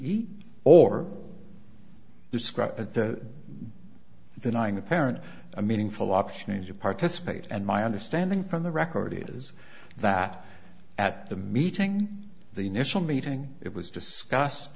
p or describe denying a parent a meaningful option and to participate and my understanding from the record is that at the meeting the initial meeting it was discussed